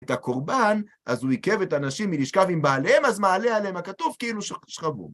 את הקורבן, אז הוא עיכב את הנשים מלשכב עם בעליהם, אז מעלה עליהם הכתוב כאילו שכבו.